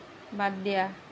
বাদ দিয়া